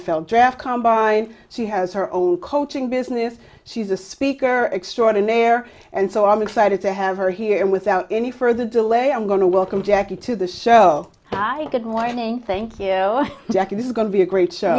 n f l draft combine she has her own coaching business she's a speaker extraordinaire and so i'm excited to have her here and without any further delay i'm going to welcome jacki to the show hi good morning thank you jackie this is going to be a great show